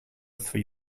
three